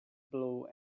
blue